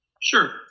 Sure